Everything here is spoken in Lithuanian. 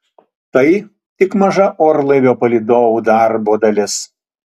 tai tik maža orlaivio palydovų darbo dalis